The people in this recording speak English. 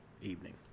evening